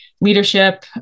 leadership